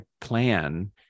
plan